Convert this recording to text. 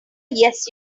yes